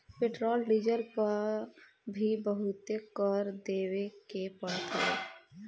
petrol diesel पअ भी बहुते कर देवे के पड़त हवे